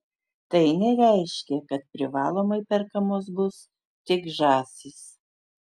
tai nereiškia kad privalomai perkamos bus tik žąsys